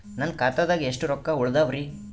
ನನ್ನ ಖಾತಾದಾಗ ಎಷ್ಟ ರೊಕ್ಕ ಉಳದಾವರಿ?